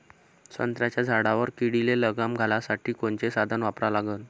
संत्र्याच्या झाडावर किडीले लगाम घालासाठी कोनचे साधनं वापरा लागन?